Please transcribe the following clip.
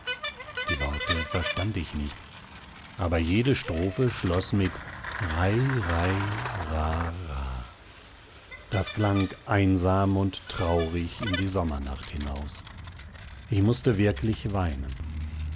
die worte verstand ich nicht aber jede strophe schloß mit rai rai rah r a h das klang einsam und traurig in die sommernacht hinaus ich mußte wirklich weinen